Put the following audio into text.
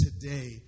today